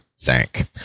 thank